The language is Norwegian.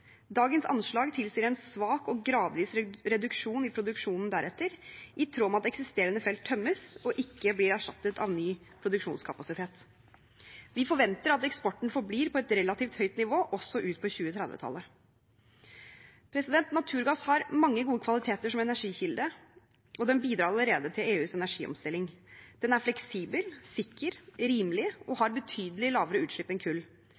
Dagens anslag tilsier en svak og gradvis reduksjon i produksjonen deretter, i tråd med at eksisterende felt tømmes og ikke blir erstattet av ny produksjonskapasitet. Vi forventer at eksporten forblir på et relativt høyt nivå også ut på 2030-tallet. Naturgass har mange gode kvaliteter som energikilde og bidrar allerede til EUs energiomstilling. Den er fleksibel, sikker, rimelig og har betydelig lavere utslipp enn kull.